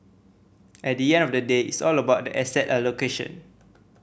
at the end of the day it's all about asset allocation